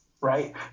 Right